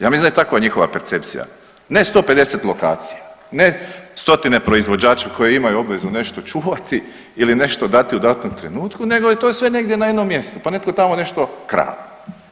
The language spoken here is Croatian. Ja mislim da je takva njihova percepcija, ne 150 lokacija, ne stotine proizvođača koji imaju obvezu nešto čuvati ili nešto dati u datom trenutku nego je to je sve negdje na jednom mjestu pa netko tamo nešto krade.